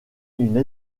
une